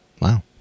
Wow